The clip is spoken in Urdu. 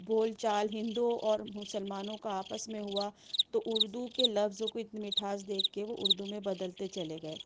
بول چال ہندو اور مسلمانوں کا آپس میں ہُوا تو اُردو کے لفظوں کو اتنی مٹھاس دیکھ کے وہ اُردو میں بدلتے چلے گئے